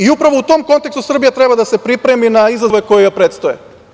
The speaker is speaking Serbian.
Upravo u tom kontekstu Srbija treba da se pripremi na izazove koji joj predstoje.